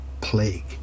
plague